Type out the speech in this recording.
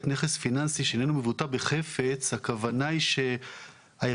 נכס פיננסי שאיננו מבוטא בחפץ" הכוונה היא שהעירייה